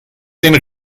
den